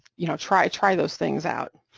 you know, try try those things out.